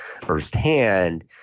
firsthand